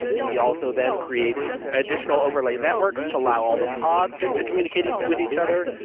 we also then create additional overlay networks to allow all the pods to communicate with each other.